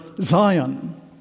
Zion